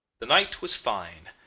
the night was fine.